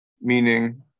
meaning